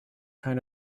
kind